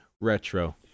Retro